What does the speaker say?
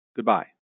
Goodbye